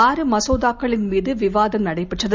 ஆறு மசோதாக்களின் மீது விவாதம் நடைபெற்றது